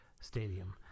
Stadium